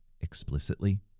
explicitly